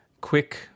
quick